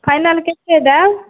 final कहिऔ दाम